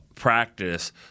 practice